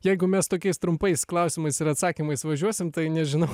jeigu mes tokiais trumpais klausimais ir atsakymais važiuosim tai nežinau